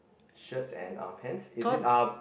shirt and uh pants is it uh